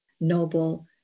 noble